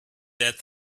that